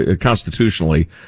constitutionally